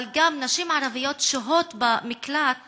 אבל גם, נשים ערביות שוהות במקלט